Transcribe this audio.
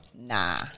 nah